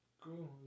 cool